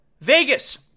Vegas